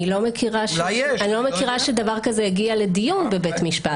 אני לא מכירה שדבר כזה הגיע לדיון בבית משפט.